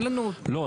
לא,